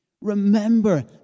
remember